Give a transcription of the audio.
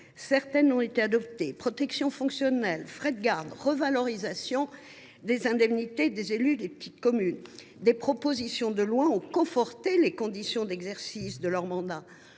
Certaines ont déjà été adoptées : protection fonctionnelle, frais de garde, revalorisation des indemnités des élus des petites communes. Des propositions de loi sénatoriales ont conforté les conditions d’exercice de leurs mandats.